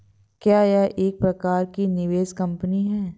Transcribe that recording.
क्या यह एक प्रकार की निवेश कंपनी है?